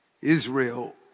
Israel